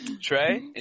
Trey